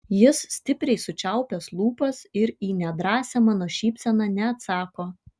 jis stipriai sučiaupęs lūpas ir į nedrąsią mano šypseną neatsako